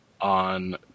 on